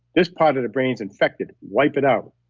this part of the brain's infected, wipe it out.